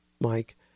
Mike